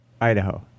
Idaho